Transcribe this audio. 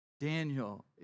Daniel